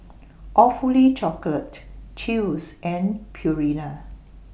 Awfully Chocolate Chew's and Purina